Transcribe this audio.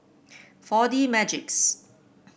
Four D Magix